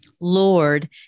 Lord